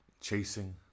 Chasing